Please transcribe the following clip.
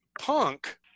punk